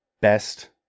best